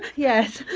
yes,